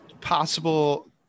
possible